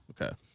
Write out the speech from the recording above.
Okay